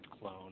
clone